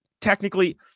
Technically